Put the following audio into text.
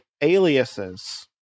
Aliases